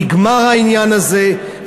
נגמר העניין הזה,